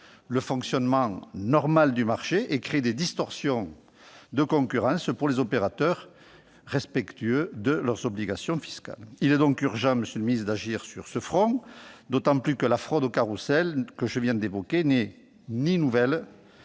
le fonctionnement normal du marché et créent des distorsions de concurrence pour les opérateurs respectueux de leurs obligations fiscales. Il est donc urgent, monsieur le ministre, d'agir sur ce front, d'autant que la fraude au carrousel, que je viens d'évoquer, n'est ni nouvelle